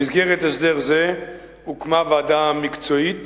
במסגרת הסדר זה הוקמה ועדה מקצועית